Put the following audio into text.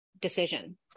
decision